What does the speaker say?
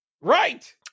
Right